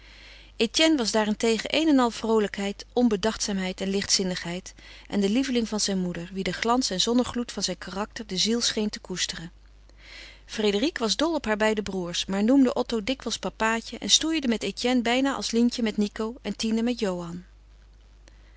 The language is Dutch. etienne was daarentegen een en al vroolijkheid onbedachtzaamheid en lichtzinnigheid en de lieveling van zijn moeder wie de glans en zonnegloed van zijn karakter de ziel scheen te koesteren frédérique was dol op haar beide broêrs maar noemde otto dikwijls papaatje en stoeide met etienne bijna als lientje met nico en tine met johan